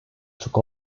took